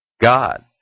God